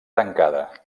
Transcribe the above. tancada